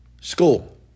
School